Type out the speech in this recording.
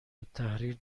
التحریر